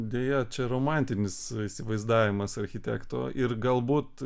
deja čia romantinis įsivaizdavimas architekto ir galbūt